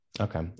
okay